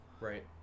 Right